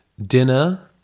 Dinner